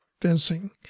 fencing